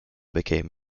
became